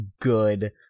good